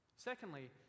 Secondly